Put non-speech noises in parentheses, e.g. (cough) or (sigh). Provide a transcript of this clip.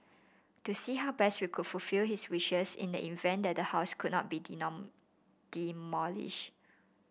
to see how best we could fulfil his wishes in the event that the house could not be (unintelligible) demolished